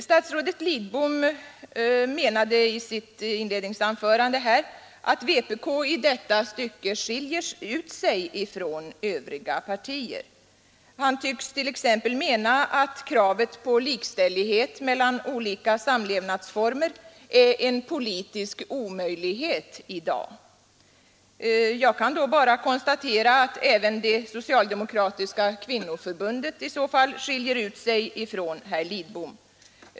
Statsrådet Lidbom menade i sitt inledningsanförande att vpk i detta stycke skiljer ut sig från övriga partier. Han tycks t.ex. anse att kravet på likställighet mellan olika samlevnadsformer är en politisk omöjlighet i dag. Jag kan då bara konstatera att även det socialdemokratiska kvinnoförbundet i så fall skiljer ut sig från herr Lidbom.